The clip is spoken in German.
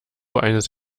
eines